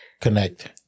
Connect